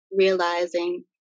realizing